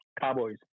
Cowboys